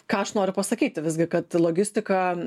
ką aš noriu pasakyti visgi kad logistika